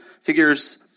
figures